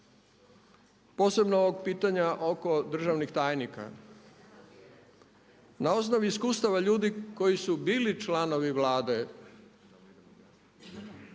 posebno ovog pitanja oko državnih tajnika, na osnovi iskustva ljudi koji su bili članovi vlade,